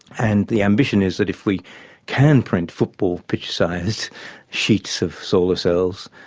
and the ambition is that if we can print football pitch-sized sheets of solar cells,